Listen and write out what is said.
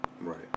right